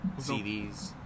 CDs